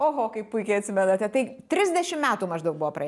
oho kaip puikiai atsimenate tai trisdešim metų maždaug buvo praėję